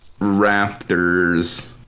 Raptors